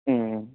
ம் ம்